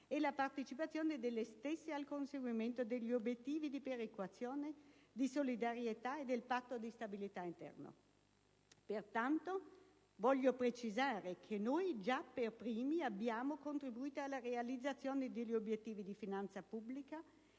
e la partecipazione delle stesse al conseguimento degli obiettivi di perequazione, di solidarietà e del Patto di stabilità interno. Pertanto, devo precisare che noi già per primi abbiamo contribuito alla realizzazione degli obiettivi di finanza pubblica